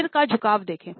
सिर का झुकना देखो